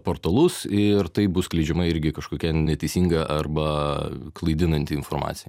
portalus ir taip bus skleidžiama irgi kažkokia neteisinga arba klaidinanti informacija